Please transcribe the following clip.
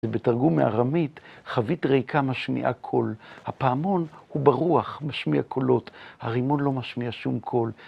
בתרגום מארמית, חבית ריקה משמיעה קול, הפעמון הוא ברוח משמיע קולות, הרימון לא משמיע שום קול.